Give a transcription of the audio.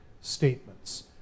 statements